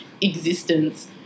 existence